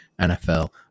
NFL